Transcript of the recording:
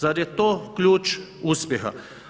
Zar je to ključ uspjeha?